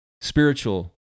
Spiritual